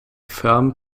firmen